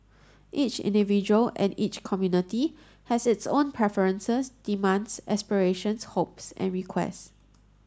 each individual and each community has its own preferences demands aspirations hopes and requests